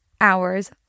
hours